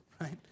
right